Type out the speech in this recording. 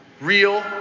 real